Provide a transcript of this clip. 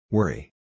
Worry